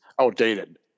outdated